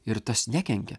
ir tas nekenkia